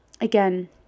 Again